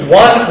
one